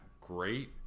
great